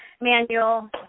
manual